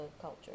culture